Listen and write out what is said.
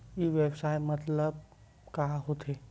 ई व्यवसाय मतलब का होथे?